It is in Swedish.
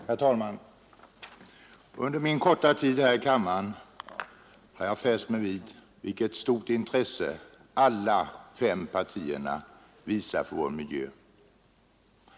Herr talman! Under min korta tid här i kammaren har jag fäst mig vid vilket stort intresse alla fem partierna visar för vår miljö.